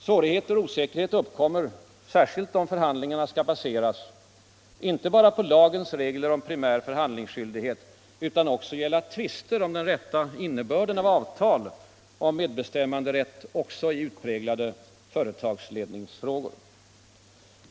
Svårigheter och osäkerhet uppkommer, särskilt om förhandlingarna inte bara skall baseras på lagens regler om primär förhandlingsskyldighet utan därtill gälla tvister om den rätta innebörden av avtal om medbestämmanderätt också i utpräglade företagsledningsfrågor.